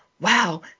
Wow